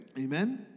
Amen